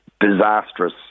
disastrous